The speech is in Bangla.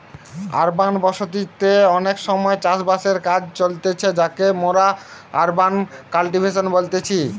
আরবান বসতি তে অনেক সময় চাষ বাসের কাজ চলতিছে যাকে মোরা আরবান কাল্টিভেশন বলতেছি